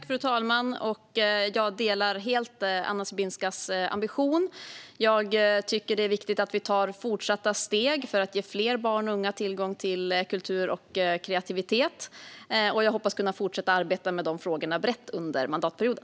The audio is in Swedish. Fru talman! Jag delar helt Anna Sibinskas ambition. Det är viktigt att vi tar fortsatta steg för att ge fler barn och unga tillgång till kultur och kreativitet. Jag hoppas kunna fortsätta att arbeta med de frågorna brett under mandatperioden.